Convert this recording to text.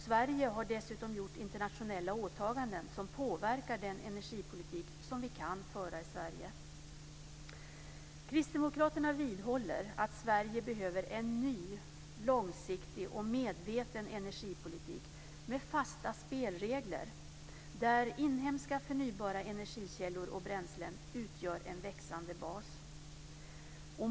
Sverige har dessutom gjort internationella åtaganden som påverkar den energipolitik som vi kan föra i Sverige. Kristdemokraterna vidhåller att Sverige behöver en ny långsiktig och medveten energipolitik med fasta spelregler där inhemska förnybara energikällor och bränslen utgör en växande bas.